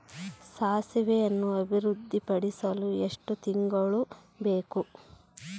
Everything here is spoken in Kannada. ಸಾಸಿವೆಯನ್ನು ಅಭಿವೃದ್ಧಿಪಡಿಸಲು ಎಷ್ಟು ತಿಂಗಳು ಬೇಕು?